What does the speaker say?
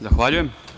Zahvaljujem.